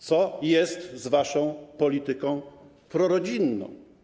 Co jest z waszą polityką prorodzinną?